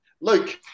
Luke